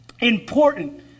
important